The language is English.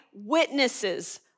witnesses